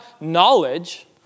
knowledge